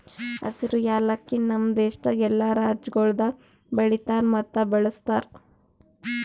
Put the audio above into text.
ಹಸಿರು ಯಾಲಕ್ಕಿ ನಮ್ ದೇಶದಾಗ್ ಎಲ್ಲಾ ರಾಜ್ಯಗೊಳ್ದಾಗ್ ಬೆಳಿತಾರ್ ಮತ್ತ ಬಳ್ಸತಾರ್